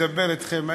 מדבר אתכם,